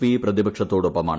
P പ്രതിപക്ഷത്തോടൊപ്പമാണ്